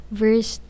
verse